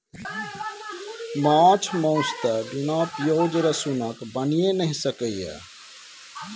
माछ मासु तए बिना पिओज रसुनक बनिए नहि सकैए